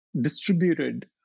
distributed